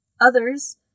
Others